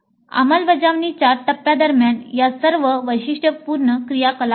अंमलबजावणीच्या टप्पया दरम्यान या सर्व वैशिष्ट्यपूर्ण क्रियाकलाप आहेत